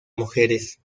mujeres